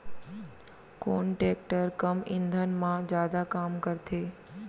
कोन टेकटर कम ईंधन मा जादा काम करथे?